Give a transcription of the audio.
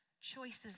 choices